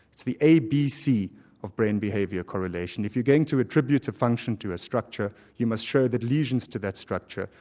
it's the a, b, c of brain behaviour correlation. if you're going to attribute a function to a structure, you must show that lesions to that structure,